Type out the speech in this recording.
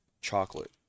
chocolate